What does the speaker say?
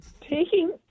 taking